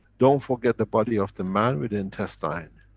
don't forget the body of the man with the intestine.